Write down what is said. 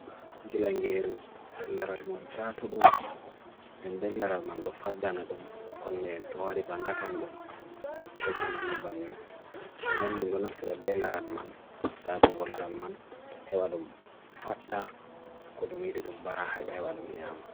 gilangiru, gilaralman wu chaatulum, nnden laralman lo faddanadum, kone entwari bangatan bum, koko nandi banin, nnden nunafsida belaralman, saatukolaralman, hewadum fadda konumidi dum barahib hewadum nyama.